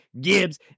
Gibbs